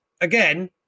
again